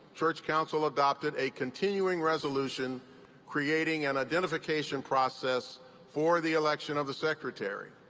church council adopted a continuing resolution creating an identification process for the election of the secretary.